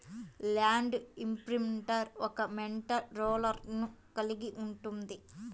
land imprinter ఒక metal రోలర్ను కలిగి ఉంటుంది